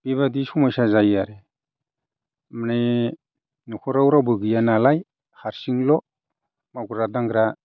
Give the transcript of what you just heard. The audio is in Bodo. बेबायदि समयसा जायो आरो माने न'खराव रावबो गैया नालाय हारसिंल' मावग्रा दांग्रा